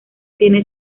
tiene